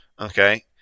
Okay